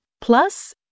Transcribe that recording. Plus